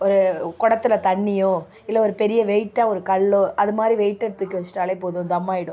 ஒரு குடத்துல தண்ணியோ இல்லை ஒரு பெரிய வெயிட்டாக ஒரு கல்லோ அது மாதிரி வெயிட்ட தூக்கி வச்சிட்டால் போதும் தம் ஆகிடும்